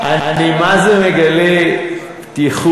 אני מה-זה מגלה פתיחות,